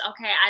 Okay